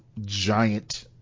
giant